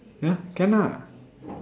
ya can ah